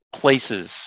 places